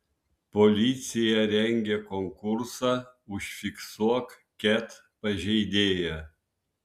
policija rengia konkursą užfiksuok ket pažeidėją